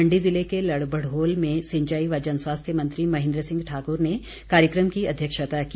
मण्डी ज़िले के लड़भड़ोल में सिंचाई व जन स्वास्थ्य मंत्री महेन्द्र सिंह ठाकुर ने कार्यक्रम की अध्यक्षता की